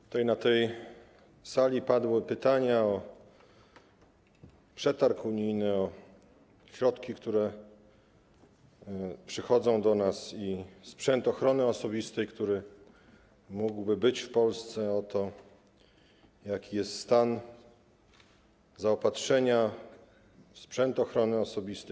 Tutaj, na tej sali, padły pytania o przetarg unijny, o środki, które przychodzą do nas, i sprzęt ochrony osobistej, który mógłby być w Polsce, o to, jaki jest stan zaopatrzenia w sprzęt ochrony osobistej.